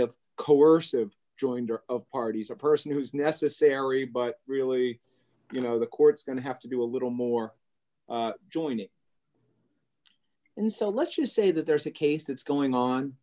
of coercive joinder of parties a person who is necessary but really you know the court's going to have to do a little more joining in so let's just say that there's a case that's going on